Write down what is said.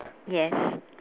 yes